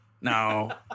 No